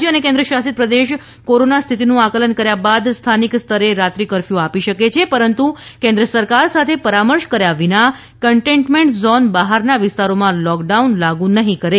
રાજ્ય અને કેન્દ્રશાસિત પ્રદેશ કોરોના સ્થિતિનું આકલન કર્યા બાદ સ્થાનિક સ્તરે રાત્રિ કર્ફયૂ આપી શકે છે પરંતુ કેન્દ્ર સરકાર સાથે પરામર્શ કર્યા વિના કન્ટેઇન્ટમેન્ટ ઝોન બહારના વિસ્તારોમાં લોકડાઉન લાગુ નહીં કરે